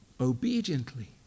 obediently